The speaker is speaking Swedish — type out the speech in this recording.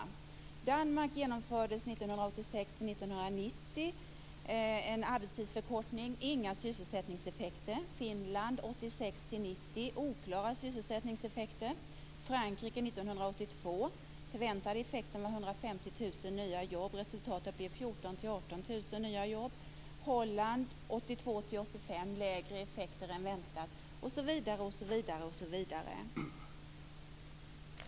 I Danmark genomfördes en arbetstidsförkortning 1986-1990 - inga sysselsättningseffekter. Finland genomförde en arbetstidsförkortning 1986-1990 - oklara sysselsättningseffekter. Frankrike genomförde en arbetstidsförkortning 1982. Den förväntade effekten var 150 000 nya jobb. Resultatet blev 14 000-18 000 nya jobb. Holland genomförde en arbetstidsförkortning 1982-1985 - lägre effekter än väntat. Och så här fortsätter det.